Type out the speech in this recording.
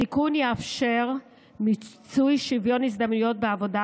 התיקון יאפשר מיצוי שוויון הזדמנויות בעבודה